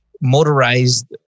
motorized